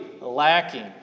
lacking